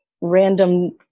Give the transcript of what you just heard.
random